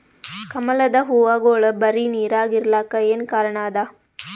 ಕಮಲದ ಹೂವಾಗೋಳ ಬರೀ ನೀರಾಗ ಇರಲಾಕ ಏನ ಕಾರಣ ಅದಾ?